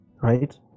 right